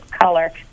color